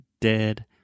dead